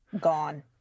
gone